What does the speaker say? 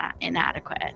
inadequate